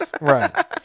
Right